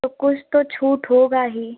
तो कुछ तो छूट होगा ही